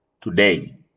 today